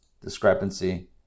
Discrepancy